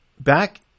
Back –